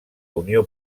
unió